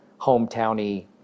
hometowny